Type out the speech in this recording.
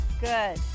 Good